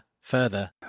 further